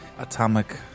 atomic